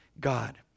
God